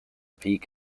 peak